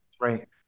right